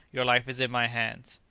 your life is in my hands!